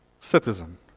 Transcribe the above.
citizen